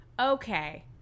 okay